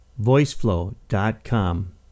VoiceFlow.com